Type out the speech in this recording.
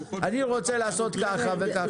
כשהוא אומר: אני רוצה לעשות ככה וככה.